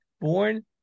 born